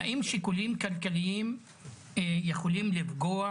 האם שיקולים כלכליים יכולים לפגוע